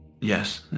yes